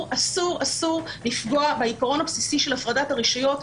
אסור לפגוע בעקרון הבסיסי של הפרדת הרשויות.